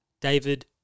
David